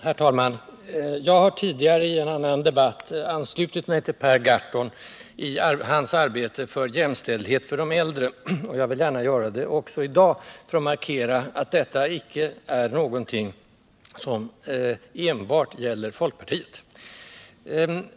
Herr talman! Jag har tidigare i en annan debatt anslutit mig till Per Gahrton i hansarbete för jämställdhet för de äldre. Jag vill gärna göra det också i dag för att markera att detta är en viktig fråga icke bara för folkpartiet.